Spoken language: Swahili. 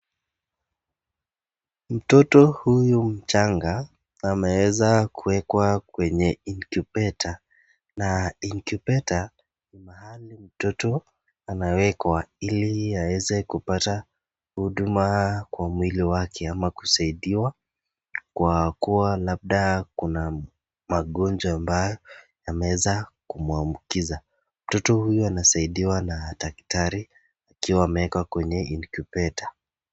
Mtoto huyu mchanga ameweza kuwekwa kwenye incubator na incubator ni mahali mtoto anawekwa ili aweze kupata huduma kwa mwili wake ama kusaidiwa kwa kuwa labda kuna magonjwa ambayo yameweza kumuambukiza. Mtoto huyu anasaidiwa na daktari akiwa amewekwa kwenye incubator .